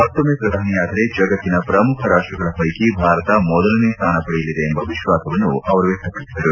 ಮತ್ತೊಮ್ಮೆ ಪ್ರಧಾನಿಯಾದರೆ ಜಗತ್ತಿನ ಪ್ರಮುಖ ರಾಷ್ಷಗಳ ಪೈಕಿ ಭಾರತ ಮೊದಲನೆ ಸ್ವಾನ ಪಡೆಯಲಿದೆ ಎಂಬ ವಿಶ್ವಾಸವನ್ನು ಅವರು ವ್ಯಕ್ತಪಡಿಸಿದ್ದಾರೆ